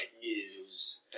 news